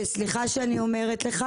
סליחה שאני אומרת לך